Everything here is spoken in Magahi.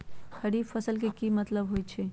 खरीफ फसल के की मतलब होइ छइ?